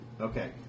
Okay